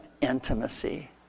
Intimacy